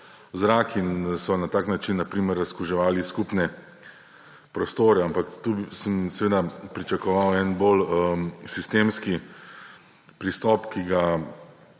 zrak. Na tak način so na primer razkuževali skupne prostore. Ampak tu sem seveda pričakoval en bolj sistemski pristop, ki ga